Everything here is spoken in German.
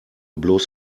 bloß